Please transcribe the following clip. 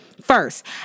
First